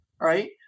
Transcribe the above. Right